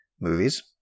movies